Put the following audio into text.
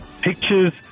Pictures